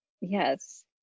Yes